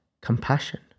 compassion